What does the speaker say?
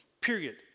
period